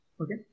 okay